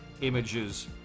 images